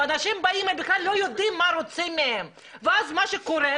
ואנשים באים והם בכלל לא יודעים מה רוצים מהם ואז מה שקורה,